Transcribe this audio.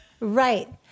Right